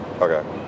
Okay